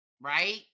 right